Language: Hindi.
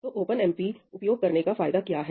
तो OpenMP उपयोग करने का फायदा क्या है